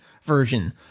version